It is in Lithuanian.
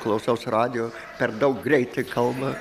klausaus radijo per daug greitai kalba